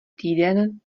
týden